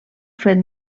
fet